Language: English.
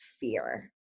fear